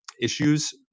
issues